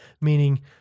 meaning